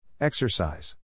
Exercise